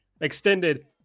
Extended